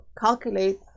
Calculate